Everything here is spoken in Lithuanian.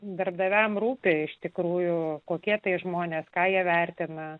darbdaviams rūpi iš tikrųjų kokie tai žmonės ką jie vertina